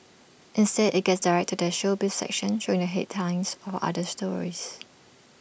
instead IT gets directed to their showbiz section showing the headlines for other stories